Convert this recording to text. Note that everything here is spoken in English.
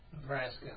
Nebraska